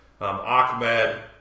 Ahmed